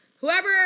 whoever